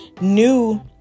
new